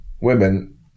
women